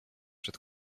przed